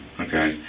Okay